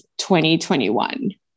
2021